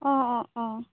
অঁ অঁ অঁ